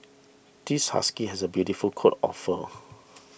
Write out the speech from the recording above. this husky has a beautiful coat of fur